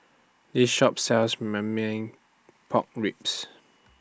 This Shop sells Marmite Pork Ribs